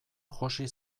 josi